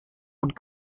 und